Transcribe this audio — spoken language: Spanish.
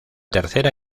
tercera